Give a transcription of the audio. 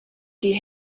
die